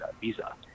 visa